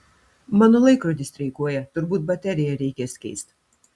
mano laikrodis streikuoja turbūt bateriją reikės keist